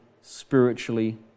spiritually